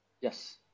Yes